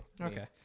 Okay